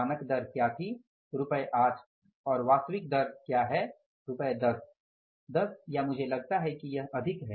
मानक दर क्या थी रुपए 8 और वास्तविक दर क्या है रुपए 10 10 या मुझे लगता है कि यह अधिक है